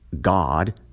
God